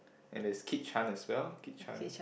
and there's Kit-Chan as well Kit-Chan